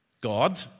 God